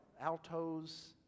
altos